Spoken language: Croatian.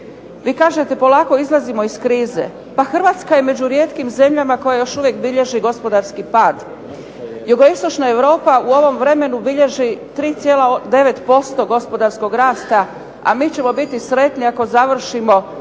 Vi kažete polako izlazimo iz krize. Pa Hrvatska je među rijetkim zemljama koja još uvijek bilježi gospodarski pad. Jugoistočna Europa u ovom vremenu bilježi 3,9% gospodarskog rasta, a mi ćemo biti sretni ako završimo